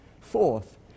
Fourth